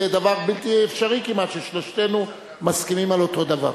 זה דבר בלתי אפשרי כמעט ששלושתנו מסכימים על אותו דבר.